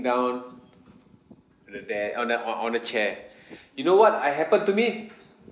down on the there on a on on a chair you know what I happen to me